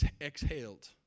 exhaled